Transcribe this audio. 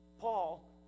Paul